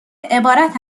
عبارت